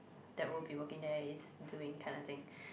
that will be working there is doing kind of thing